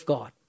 God